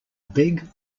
beg